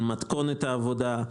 על מתכונת העבודה,